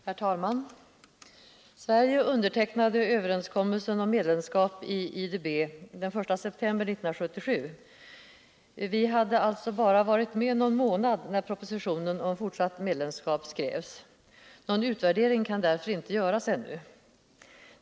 Herr talman! Sverige undertecknade överenskommelsen om medlemskap i IDB den 1 september 1977. Vi hade alltså bara varit med någon månad när propositionen om fortsatt medlemskap skrevs. Någon utvärdering kan därför inte göras ännu.